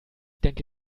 denke